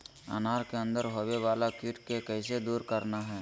अनार के अंदर होवे वाला कीट के कैसे दूर करना है?